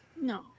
No